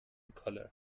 color